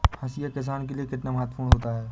हाशिया किसान के लिए कितना महत्वपूर्ण होता है?